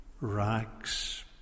rags